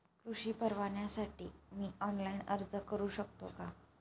कृषी परवान्यासाठी मी ऑनलाइन अर्ज करू शकतो का?